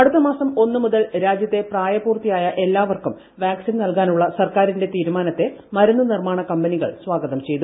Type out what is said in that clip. അടുത്തമാസം ഒന്ന് മുതൽ രാജ്യത്തെ പ്രായപൂർത്തിയായ എല്ലാവർക്കും വാക്സിൻ നൽകാനുള്ള സർക്കാരിന്റെ തീരുമാനത്തെ മരുന്നു നിർമ്മാണ കമ്പനികൾ സ്വാഗതം ചെയ്തു